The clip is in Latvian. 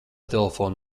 telefonu